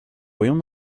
voyons